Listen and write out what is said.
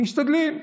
הם משתדלים.